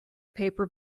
paper